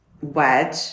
wedge